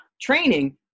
training